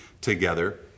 together